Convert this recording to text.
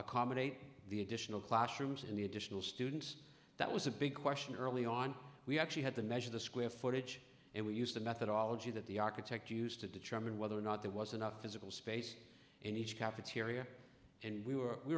accommodate the additional classrooms and the additional students that was a big question early on we actually had to measure the square footage and we used the methodology that the architect used to determine whether or not there was enough physical space in each cafeteria and we were